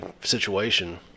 situation